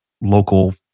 local